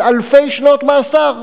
על אלפי שנות מאסר,